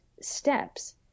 steps